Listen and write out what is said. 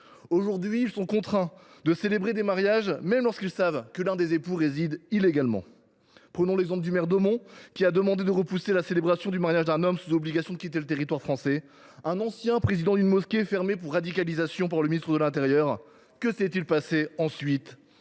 Aujourd’hui, ils sont contraints de célébrer les mariages, y compris lorsqu’ils savent que l’un des époux réside illégalement dans notre pays. Le maire d’Hautmont a par exemple demandé le report de la célébration du mariage d’un homme sous obligation de quitter le territoire français qui était l’ancien président d’une mosquée fermée pour radicalisation par le ministre de l’intérieur. Que s’est il passé ensuite ?